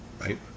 Right